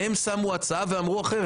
הם שמו הצעה ואמרו אחרת.